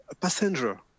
passenger